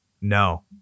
no